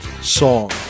song